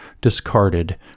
discarded